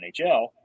NHL